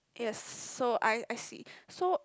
yes so I I see so